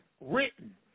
written